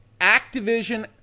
Activision